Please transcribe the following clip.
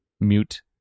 mute